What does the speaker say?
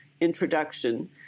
introduction